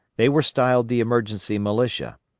they were styled the emergency militia.